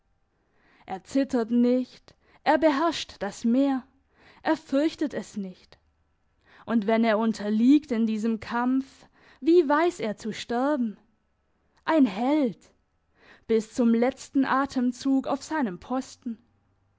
er zittert nicht er beherrscht das meer er fürchtet es nicht und wenn er unterliegt in diesem kampf wie weiss er zu sterben ein held bis zum letzten atemzug auf seinem posten